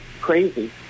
crazy